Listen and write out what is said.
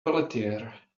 pelletier